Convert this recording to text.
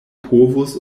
povus